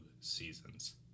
seasons